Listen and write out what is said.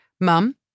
Mum